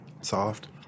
soft